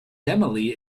emily